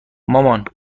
مامان